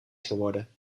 geworden